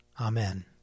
Amen